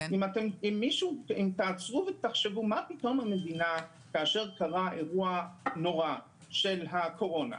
תחשבו רגע על הקורונה,